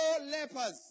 lepers